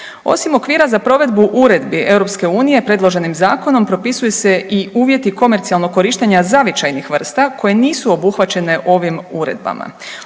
Osim okvira za provedbu uredbi EU predloženim zakonom propisuju se i uvjeti komercijalnog korištenja zavičajnih vrsta koje nisu obuhvaćene ovim uredbama.